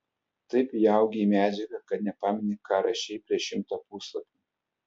taip įaugi į medžiagą kad nepameni ką rašei prieš šimtą puslapių